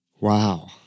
Wow